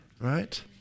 right